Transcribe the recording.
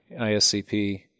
ISCP